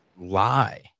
lie